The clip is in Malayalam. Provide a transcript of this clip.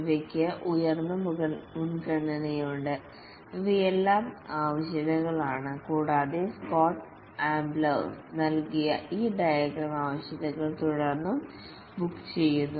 ഇവയ്ക്ക് ഉയർന്ന മുൻഗണനയുണ്ട് ഇവയെല്ലാം ആവശ്യകതകളാണ് കൂടാതെ സ്കോട്ട് ആംബ്ലേഴ്സ് നൽകിയ ഈ ഡയഗ്രം ആവശ്യകതകൾ തുടർന്നും ബുക്ക് ചെയ്യുന്നു